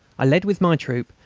i led with my troop,